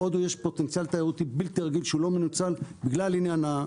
בהודו יש פוטנציאל תיירותי בלתי רגיל שהוא לא מנוצל בגלל עניין הוויזות.